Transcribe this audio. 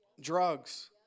drugs